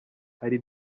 hari